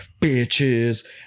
Bitches